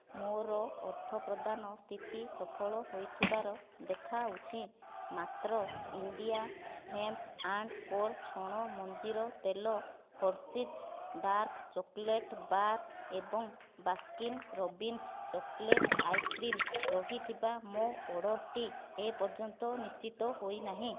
ମୋର ଅର୍ଥ ପ୍ରଦାନ ସ୍ଥିତି ସଫଳ ହୋଇଥିବାର ଦେଖାଉଛି ମାତ୍ର ଇଣ୍ଡିଆ ହେଲ୍ଥ୍ ଆଣ୍ଡ କୋ'ର ଛଣ ମଞ୍ଜିର ତେଲ ହର୍ଶିସ୍ ବାର୍ ଚୋକୋଲେଟ୍ ବାର୍ ଏବଂ ବସ୍କିନ୍ ଚୋକୋଲେଟ୍ ଆଇସକ୍ରିମ୍ ରହିଥିବା ଅର୍ଡ଼ର୍ଟି ମୋ ପର୍ଯ୍ୟନ୍ତ ନିଶ୍ଚିତ ହୋଇନାହିଁ